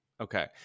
Okay